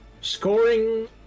Scoring